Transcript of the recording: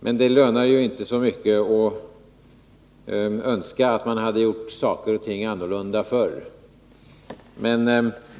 Men det lönar ju inte så mycket att önska att man hade gjort saker och ting annorlunda förr.